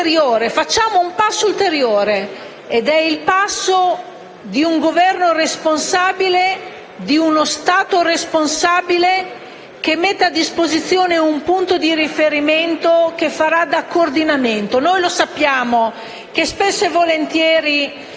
facciamo un passo ulteriore: il passo di un Governo responsabile, di uno Stato responsabile, che mette a disposizione un punto di riferimento che farà da coordinamento.